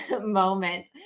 moment